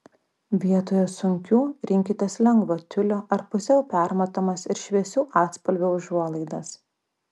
vietoje sunkių rinkitės lengvo tiulio ar pusiau permatomas ir šviesių atspalvių užuolaidas